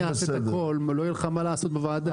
אעשה את הכול לא יהיה לך מה לעשות בוועדה.